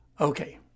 Okay